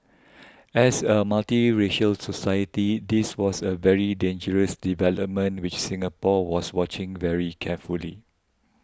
as a multiracial society this was a very dangerous development which Singapore was watching very carefully